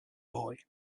boy